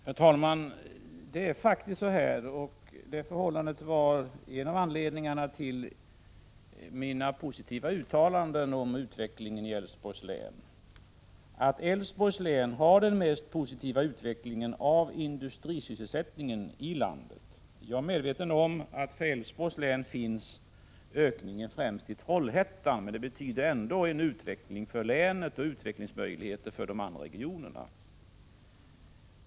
Herr talman! Älvsborgs län har den mest positiva utvecklingen av industrisysselsättningen i landet. Det förhållandet var en av anledningarna till mina positiva uttalanden om utvecklingen i Älvsborgs län. Jag är medveten om att ökningen främst äger rum i Trollhättan, men det betyder ändå en utveckling för länet och utvecklingsmöjligheter för de andra regionerna.